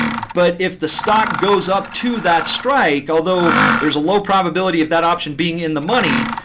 but if the stock goes up to that strike, although there is a low probability of that option being in the money,